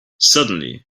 suddenly